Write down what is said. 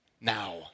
now